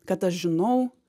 kad aš žinau